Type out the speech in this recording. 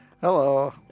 Hello